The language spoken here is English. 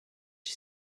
she